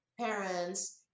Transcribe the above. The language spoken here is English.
parents